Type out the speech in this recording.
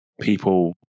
people